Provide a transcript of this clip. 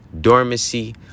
dormancy